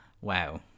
wow